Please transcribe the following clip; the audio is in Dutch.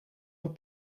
een